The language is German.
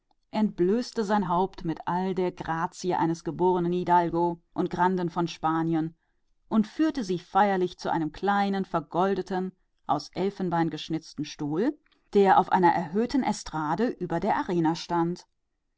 entblößte seinen kopf mit aller anmut eines hidalgo und granden von spanien und führte sie feierlich hinein zu einem stuhl aus gold und elfenbein der auf einem erhobenen podium über der arena stand